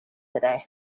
today